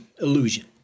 illusion